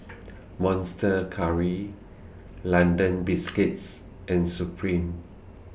Monster Curry London Biscuits and Supreme